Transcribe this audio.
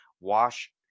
wash